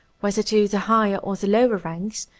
whether to the higher or the lower ranks,